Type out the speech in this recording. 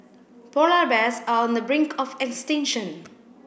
polar bears are on the brink of extinction